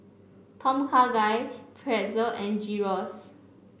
Tom Kha Gai Pretzel and Gyros